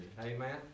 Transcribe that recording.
amen